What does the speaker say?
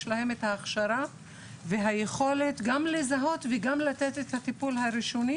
להם הכשרה ויכולת גם לזהות וגם לתת את הטיפול הראשוני